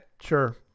Sure